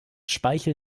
speichel